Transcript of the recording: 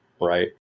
right